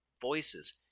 voices